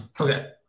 Okay